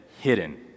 hidden